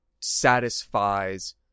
satisfies